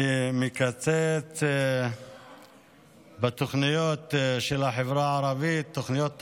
שמקצץ בתוכניות של החברה הערבית, תוכניות תקאדום,